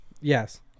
Yes